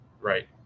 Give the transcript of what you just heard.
Right